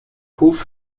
hof